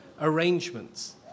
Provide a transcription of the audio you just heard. arrangements